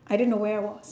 I didn't know where I was